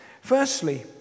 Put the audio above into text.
Firstly